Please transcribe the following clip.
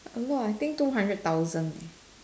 a lot I think two hundred thousand